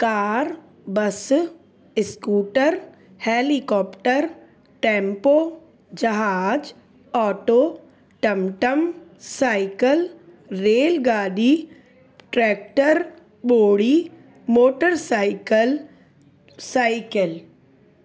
car bus scooter helicopter tempo जहाज auto टम टम साइकल रेलगाॾी ट्रेक्टर ॿोड़ी मोटर साइकल साइकिल